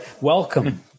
welcome